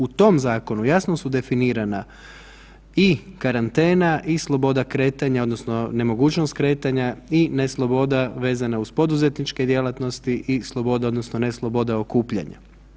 U tom zakonu jasno su definirana i karantena i sloboda kretanja odnosno nemogućnost kretanja i nesloboda vezana uz poduzetničke djelatnosti i sloboda odnosno ne sloboda okupljanja.